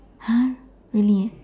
!huh! really